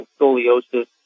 scoliosis